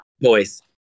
Boys